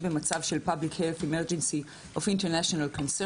במצב של Public health emergency of international concern.